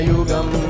Yugam